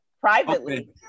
Privately